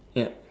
yeah